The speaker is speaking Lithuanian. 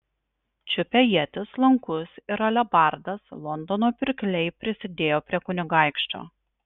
čiupę ietis lankus ir alebardas londono pirkliai prisidėjo prie kunigaikščio